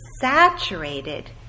saturated